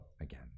again